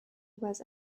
was